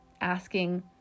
asking